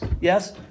yes